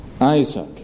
Isaac